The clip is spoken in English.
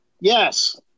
Yes